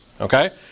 okay